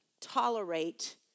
tolerate